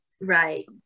right